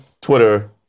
Twitter